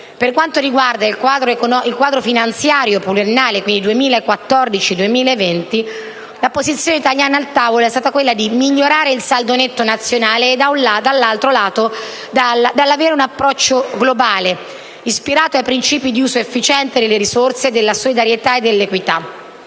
Per quanto riguarda il quadro finanziario pluriennale 2014-2020, la posizione italiana al tavolo è stata da un lato quella di migliorare il saldo netto nazionale e dall'altro lato quella di avere un approccio globale, ispirato ai principi di uso efficiente delle risorse, della solidarietà e dell'equità.